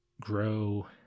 grow